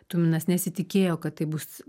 tuminas nesitikėjo kad tai bus